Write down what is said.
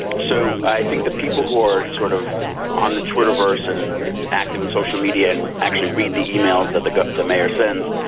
so i think the people who are sort of on the twitterverse and active in social media and actually read the emails that the the mayor sends,